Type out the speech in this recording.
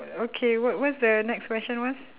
okay what what's the next question was